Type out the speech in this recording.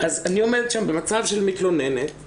אני עומדת שם במצב של מתלוננת,